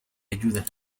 ayuda